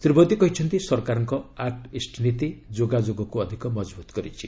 ଶ୍ରୀ ମୋଦି କହିଛନ୍ତି ସରକାରଙ୍କ act east ନୀତି ଯୋଗାଯୋଗକୁ ଅଧିକ ମଜବୁତ କରିଛି